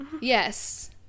Yes